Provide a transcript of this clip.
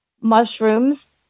mushrooms